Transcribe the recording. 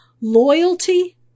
loyalty